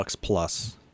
plus